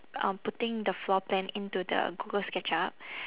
um putting the floor plan into the google sketchup